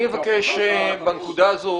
אבקש בנקודה הזו